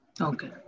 Okay